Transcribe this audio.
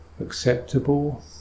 acceptable